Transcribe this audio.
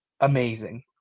amazing